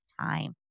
time